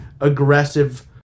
aggressive